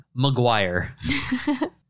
McGuire